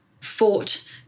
fought